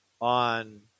on